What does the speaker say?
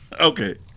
Okay